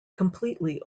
completely